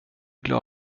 glad